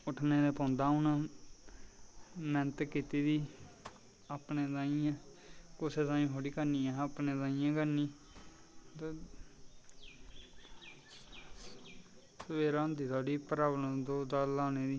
उट्ठनां ते पौंदा हून मैह्नत कीती दी अपनैं तांई गै कुसै तांई थोड़ी करनी ऐ अपनैं तांई गै करनी सवेरै होंदी थोह्ड़ी प्रावलम दौड़ दाड़ लानें दी